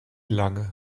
lange